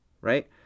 right